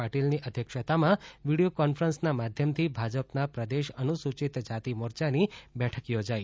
પાટીલની અધ્યક્ષતામાં વિડીયો કોન્ફરન્સના માધ્યમથી ભાજપના પ્રદેશ અનુસૂચિત જાતિ મોરચાની બેઠક યોજાઇ